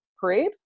parade